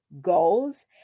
goals